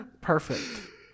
Perfect